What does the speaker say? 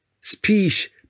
speech